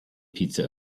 pizza